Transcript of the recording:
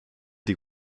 die